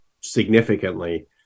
significantly